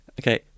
Okay